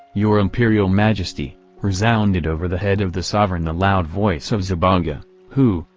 your imperial majesty resounded over the head of the sovereign the loud voice of zaboga, who,